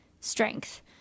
strength